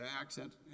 accent